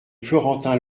florentin